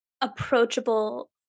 approachable